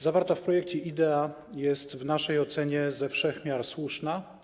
Zawarta w projekcie idea jest w naszej ocenie ze wszech miar słuszna.